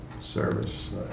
service